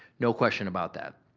no question about that.